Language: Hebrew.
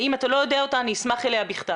אם אתה לא יודע אותה, אני אשמח לקבל אותה בכתב.